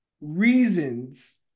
reasons